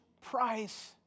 price